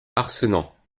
arcenant